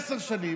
עשר שנים,